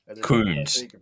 Coons